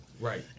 Right